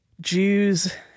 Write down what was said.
Jews